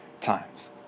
times